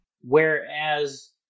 Whereas